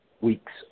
weeks